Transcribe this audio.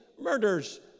murders